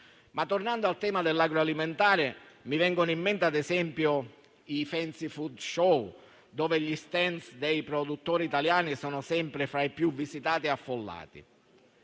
Tornando però al tema dell'agroalimentare, mi vengono in mente, ad esempio, i *fancy food show*, dove gli *stand* dei produttori italiani sono sempre fra i più visitati e affollati.